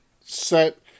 set